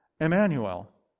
Emmanuel